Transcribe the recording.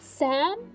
Sam